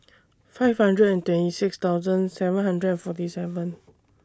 five hundred and twenty six thousand seven hundred forty seven